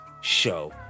show